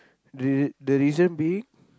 the the reason being